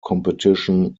competition